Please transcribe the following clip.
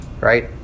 right